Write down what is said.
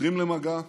חותרים למגע,